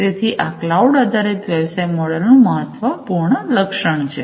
તેથી આ ક્લાઉડ આધારિત વ્યવસાય મોડલ નું મહત્વપૂર્ણ લક્ષણ છે